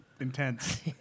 intense